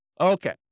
Okay